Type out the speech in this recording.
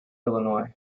illinois